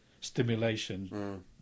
stimulation